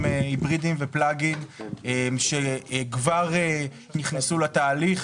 היברידיים ופלאג אין שכבר נכנסו לתהליך,